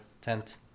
tent